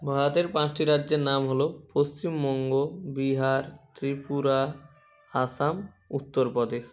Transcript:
ভারতের পাঁচটি রাজ্যের নাম হলো পশ্চিমবঙ্গ বিহার ত্রিপুরা আসাম উত্তর প্রদেশ